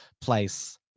place